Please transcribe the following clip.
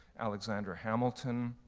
alexander hamilton,